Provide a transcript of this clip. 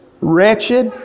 wretched